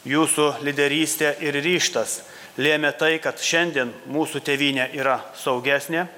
jūsų lyderystė ir ryžtas lėmė tai kad šiandien mūsų tėvynė yra saugesnė